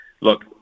look